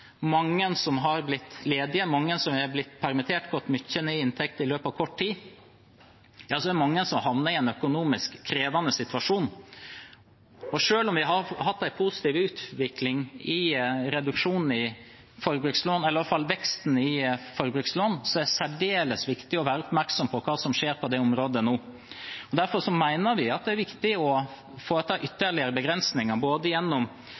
mange som har blitt ledige, mange som har blitt permittert og gått mye ned i inntekt i løpet av kort tid – er det mange som har havnet i en krevende økonomisk situasjon. Selv om vi har hatt en positiv utvikling med en reduksjon i forbrukslån, eller iallfall i veksten i forbrukslån, er det særdeles viktig å være oppmerksom på hva som nå skjer på det området. Derfor mener vi det er viktig å foreta ytterligere begrensninger, både gjennom